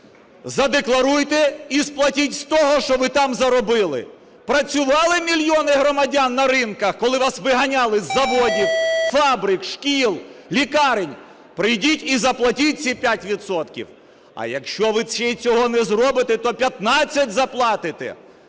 задекларуйте і сплатіть з того, що ви там заробили. Працювали мільйони громадян на ринках, коли вас виганяли з заводів, фабрик, шкіл, лікарень? Прийдіть і заплатіть ці 5 відсотків! А якщо ви цього не зробите, то 15 заплатите!